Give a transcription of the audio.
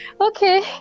okay